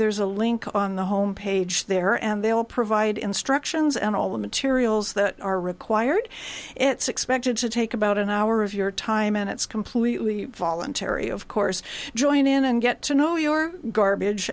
there's a link on the home page there and they'll provide instructions and all the materials that are required it's expected to take about an hour of your time and it's completely voluntary of course join in and get to know your garbage